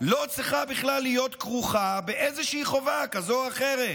לא צריכה בכלל להיות כרוכה באיזושהי חובה כזאת או אחרת.